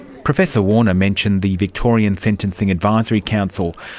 professor warner mentioned the victorian sentencing advisory council.